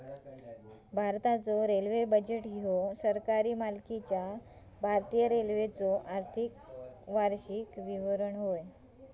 भारताचो railway budget ह्यो सरकारी मालकीच्यो भारतीय रेल्वेचो वार्षिक आर्थिक विवरण होता